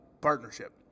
partnership